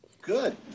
Good